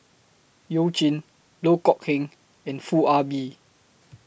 YOU Jin Loh Kok Heng and Foo Ah Bee